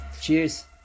cheers